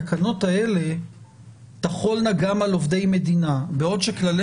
התקנות האלה תחולנה גם על עובדי מדינה בעוד שכללי